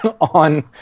on